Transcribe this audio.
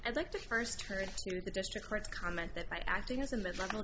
and like the first for the district court's comment that by acting as a mid level